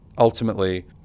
ultimately